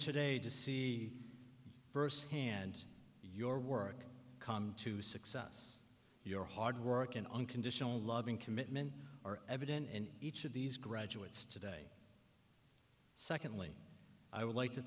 today to see firsthand your work to success your hard work and unconditional love and commitment are evident in each of these graduates today secondly i would like to